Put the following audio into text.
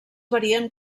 varien